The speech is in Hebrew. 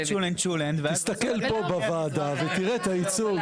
תסתכל פה בוועדה ותראה את הייצוג.